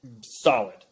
solid